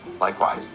Likewise